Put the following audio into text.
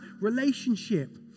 relationship